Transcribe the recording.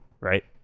Right